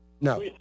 No